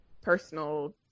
personal